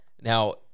Now